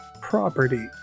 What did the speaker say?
property